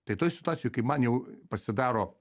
tai toj situacijoj kai man jau pasidaro